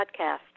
podcast